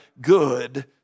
good